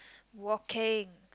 walking